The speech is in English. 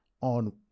on